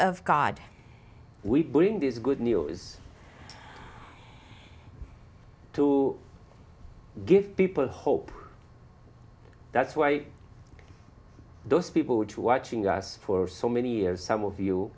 of god we bring this good news to give people hope that's why those people which watching us for so many years